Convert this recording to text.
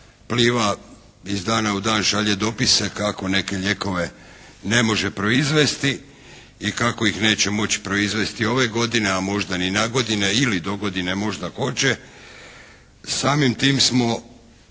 "Pliva" iz dana u dan šalje dopise kako neke lijekove ne može proizvesti i kako ih neće moći proizvesti ove godine a možda ni na godine ili dogodine možda hoće. Samim tim smo